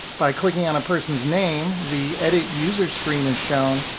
by clicking on a person's name, the edit user screen is shown,